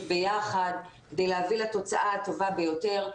ביחד כדי להביא לתוצאה הטובה ביותר.